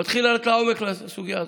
מתחיל לרדת לעומק בסוגיה הזאת.